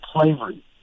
slavery